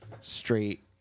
straight